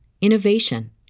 innovation